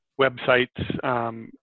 websites